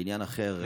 בעניין אחר.